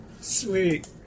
Sweet